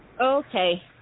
Okay